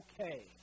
okay